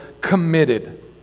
committed